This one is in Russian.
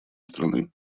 страны